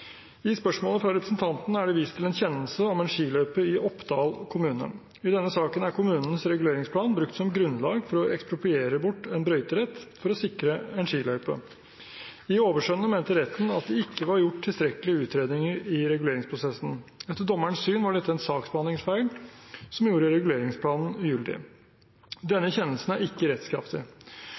I spørsmålet fra representanten er det vist til en kjennelse om en skiløype i Oppdal kommune. I denne saken er kommunens reguleringsplan brukt som grunnlag for å ekspropriere bort en brøyterett for å sikre en skiløype. I overskjønnet mente retten at det ikke var gjort tilstrekkelige utredninger i reguleringsprosessen. Etter dommerens syn var dette en saksbehandlingsfeil som gjorde reguleringsplanen ugyldig. Denne kjennelsen er ikke rettskraftig,